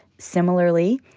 similarly,